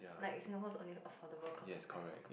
like Singapore is only affordable cause of like hawker